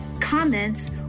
comments